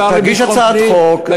תגיש הצעת חוק.